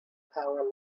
power